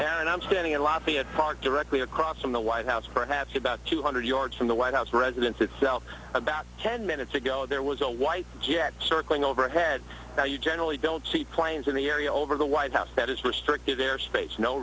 and i'm standing in lafayette park directly across from the white house perhaps about two hundred yards from the white house residence itself about ten minutes ago there was a white yet circling overhead that you generally don't see planes in the area over the white house that is restricted airspace no